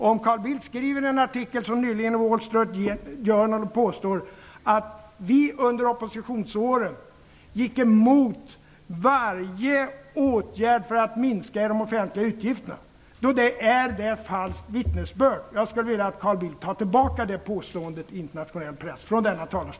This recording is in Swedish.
Om Carl Bildt, som han nyligen har gjort, skriver en artikel i Wall Street Journal och påstår att vi under oppositionsåren gick emot varje åtgärd för att minska i de offentliga utgifterna är detta falskt vittnesbörd. Jag skulle vilja att Carl Bildt i denna talarstol tar tillbaka det påståendet i internationell press.